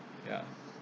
ya